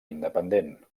independent